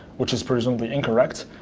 which is presumably incorrect.